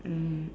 mm